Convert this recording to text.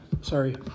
Sorry